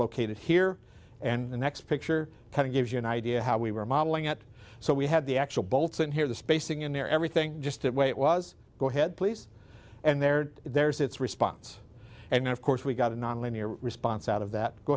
located here and the next picture kind of gives you an idea how we were modeling it so we had the actual bolts in here the spacing in there everything just that way it was go ahead please and there there is it's response and of course we got a non linear response out of that go